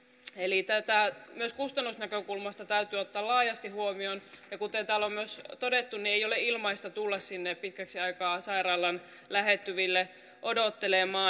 tätä täytyy myös kustannusnäkökulmasta ottaa laajasti huomioon ja kuten täällä on myös todettu ei ole ilmaista tulla sinne pitkäksi aikaa sairaalan lähettyville odottelemaan